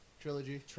trilogy